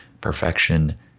perfection